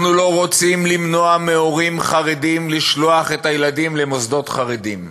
אנחנו לא רוצים למנוע מהורים חרדים לשלוח את הילדים למוסדות חרדיים.